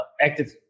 active